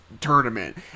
tournament